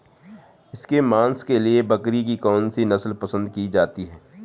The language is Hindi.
इसके मांस के लिए बकरी की कौन सी नस्ल पसंद की जाती है?